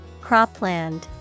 Cropland